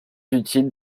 utile